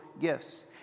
gifts